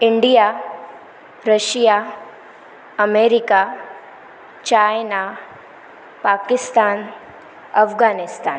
India Russia America China Pakistan Afghanistan